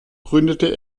gründete